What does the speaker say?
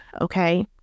okay